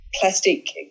plastic